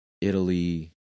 Italy